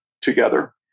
together